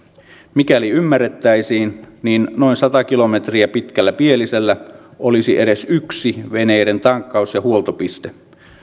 mikäli ymmärrettäisiin niin noin sata kilometriä pitkällä pielisellä olisi edes yksi veneiden tankkaus ja huoltopiste